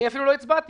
להצביע לפחות?